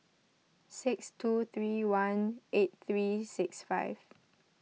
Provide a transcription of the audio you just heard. six two three one eight three six five